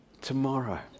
tomorrow